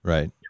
Right